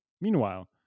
Meanwhile